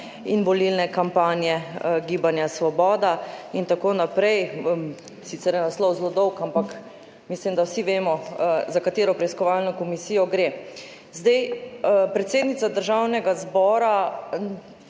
in volilne kampanje Gibanja Svoboda in tako naprej. Sicer je naslov zelo dolg, ampak mislim, da vsi vemo, za katero preiskovalno komisijo gre. Predsednica Državnega zbora